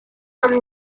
some